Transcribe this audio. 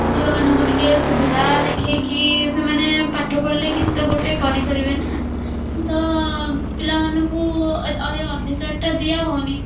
ଝିଅମାନଙ୍କୁ ଟିକେ ସୁବିଧା ଦେଖେଇକି ସେମାନେ ପାଠ ପଢ଼ିଲେ କିଛି ତ ଗୋଟେ କରିପାରିବେ ନାଁ ତ ପିଲାମାନଙ୍କୁ ଏ ଅଧିକାରଟା ଦିଆହେଉନି